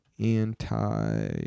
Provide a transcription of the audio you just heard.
anti